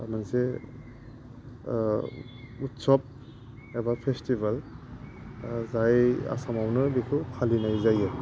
मोनसे उत्सब एबा फेस्थिबेल जाय आसामावनो बेखौ फालिनाय जायो